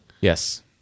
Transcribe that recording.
Yes